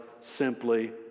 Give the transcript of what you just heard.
simply